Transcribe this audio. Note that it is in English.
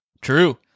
true